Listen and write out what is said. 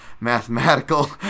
mathematical